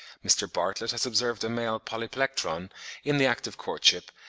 mr. bartlett has observed a male polyplectron in the act of courtship,